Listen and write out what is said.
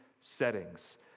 settings